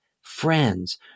friends